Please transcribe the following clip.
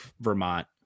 Vermont